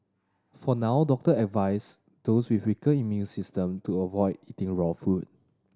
for now doctor advise those with weaker immune system to avoid eating raw food